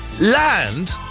land